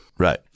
Right